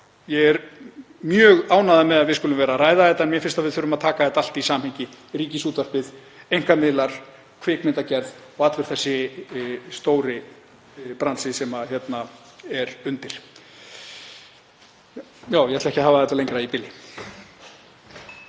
Ég er því mjög ánægður með að við skulum vera að ræða þetta, en mér finnst að við þurfum að taka þetta allt í samhengi; Ríkisútvarpið, einkamiðla, kvikmyndagerð og allan þann stóra bransa sem hérna er undir. Ég ætla ekki að hafa þetta lengra í bili.